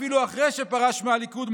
אפילו אחרי שפרש מהליכוד,